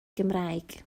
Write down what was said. gymraeg